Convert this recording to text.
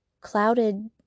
clouded